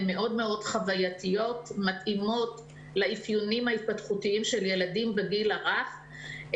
הן מאוד מתאימות לאפיונים ההתפתחותיים של הילדים בגיל הרך,